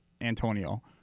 Antonio